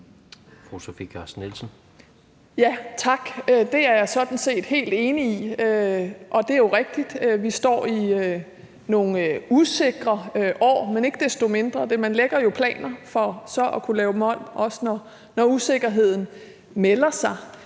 Ja, det er jeg sådan set helt enig i. Det er jo rigtigt, at vi står i nogle usikre år, men ikke desto mindre – man lægger jo planer for så at kunne lave dem om, også når usikkerheden melder sig